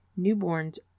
newborns